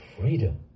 freedom